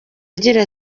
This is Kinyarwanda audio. agira